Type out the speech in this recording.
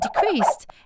decreased